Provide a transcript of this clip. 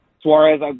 Suarez